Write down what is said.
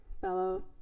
fellow